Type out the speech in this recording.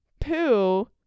poo